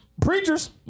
preachers